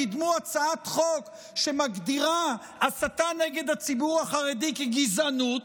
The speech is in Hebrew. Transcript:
קידמו כאן הצעת חוק שמגדירה הסתה נגד הציבור החרדי כגזענות.